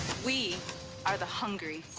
we are the hungry